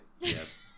Yes